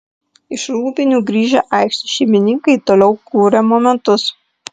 iš rūbinių grįžę aikštės šeimininkai toliau kūrė momentus